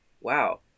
Wow